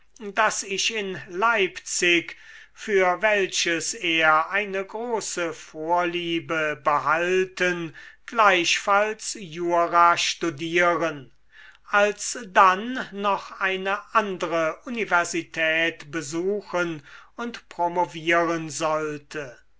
daß ich in leipzig für welches er eine große vorliebe behalten gleichfalls jura studieren alsdann noch eine andre universität besuchen und promovieren sollte